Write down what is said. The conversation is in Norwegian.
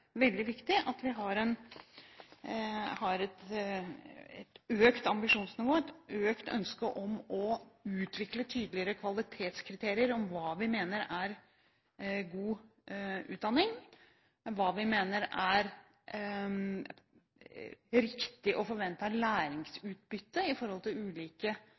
veldig viktig at vi har et økt ambisjonsnivå og et økt ønske om å utvikle tydeligere kvalitetskriterier på hva vi mener er god utdanning, og hva vi mener er riktig å forvente av læringsutbytte når det gjelder ulike